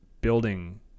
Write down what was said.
building